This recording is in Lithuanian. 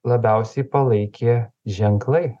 labiausiai palaikė ženklai